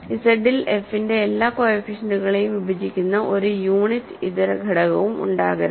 Z ൽ f ന്റെ എല്ലാ കോഎഫിഷ്യന്റ്കളെയും വിഭജിക്കുന്ന ഒരു യൂണിറ്റ് ഇതര ഘടകവും ഉണ്ടാകരുത്